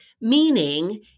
Meaning